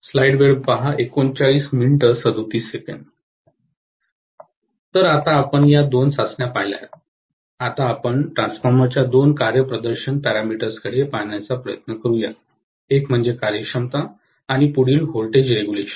तर आता आपण या दोन चाचण्या पाहिल्या आहेत आता आपण ट्रान्सफॉर्मरच्या दोन कार्यप्रदर्शन पॅरामीटर्सकडे पाहण्याचा प्रयत्न करूया एक म्हणजे कार्यक्षमता आणि पुढील व्होल्टेज रेग्युलेशन